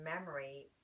memory